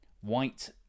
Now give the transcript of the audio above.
White